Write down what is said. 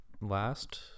last